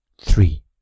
three